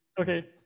Okay